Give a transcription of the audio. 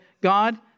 God